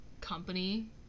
company